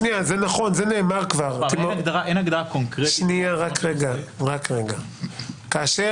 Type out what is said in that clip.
אין הגדרה קונקרטית מהו חשבון --- כאשר